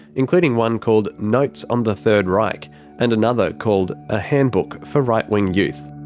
including one called notes on the third reich and another called a handbook for right wing youth.